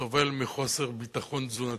סובל מחוסר ביטחון תזונתי?